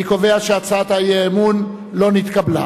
אני קובע שהצעת האי-אמון לא נתקבלה.